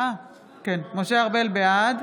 בעד